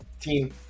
team